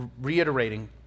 reiterating